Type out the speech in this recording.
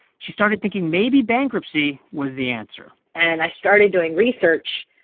she started thinking maybe bankruptcy was the answer and i started doing research,